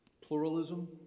pluralism